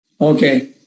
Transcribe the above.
Okay